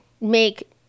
make